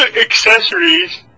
accessories